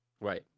Right